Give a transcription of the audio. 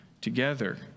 together